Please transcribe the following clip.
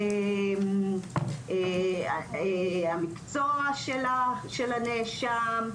כמו המקצוע של הנאשם,